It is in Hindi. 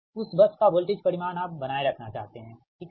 उस बस का वोल्टेज परिमाण आप बनाए रखना चाहते हैं ठीक है